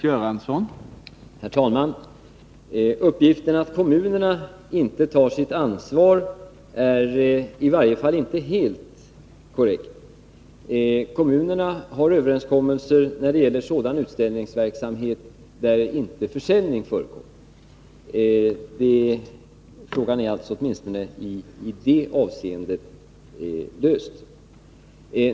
Herr talman! Uppgiften att kommunerna inte tar sitt ansvar är i varje fall inte helt korrekt. Kommunerna har överenskommelser när det gäller sådan utställningsverksamhet där inte försäljning förekommer. Problemet är åtminstone i det avseendet löst.